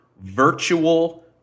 virtual